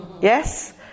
Yes